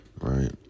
right